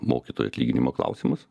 mokytojų atlyginimo klausimas